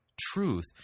truth